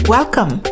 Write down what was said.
Welcome